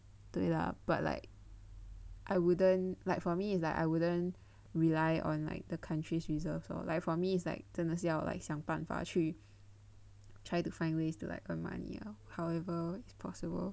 对 lah but like I wouldn't like for me is like I wouldn't rely on like the country's reserves or like for me is like 真的是要 like 想办法去 try to find ways to like earn money ah however possible